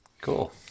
cool